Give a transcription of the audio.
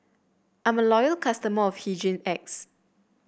I'm a loyal customer of Hygin X